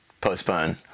postpone